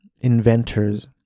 inventors